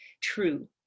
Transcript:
true